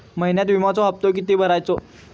महिन्यात विम्याचो हप्तो किती भरायचो?